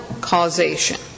causation